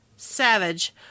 Savage